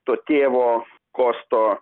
to tėvo kosto